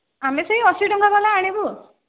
ଆମେ ସେଇ ଅଶୀ ଟଙ୍କା ବାଲା ଆଣିବୁ